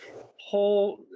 whole